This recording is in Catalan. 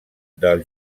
del